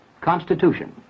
Constitution